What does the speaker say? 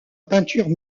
peinture